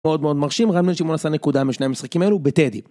מאוד מאוד מרשים, רן בן שמעון עשה נקודה משני המשחקים האלו בטדי.